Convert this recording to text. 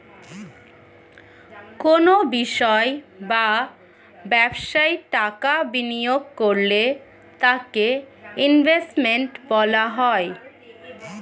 কোনো বিষয় বা ব্যবসায় টাকা বিনিয়োগ করলে তাকে ইনভেস্টমেন্ট বলা হয়